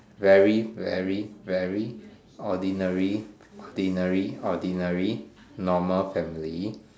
very very very ordinary ordinary ordinary normal family